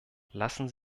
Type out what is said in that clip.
lassen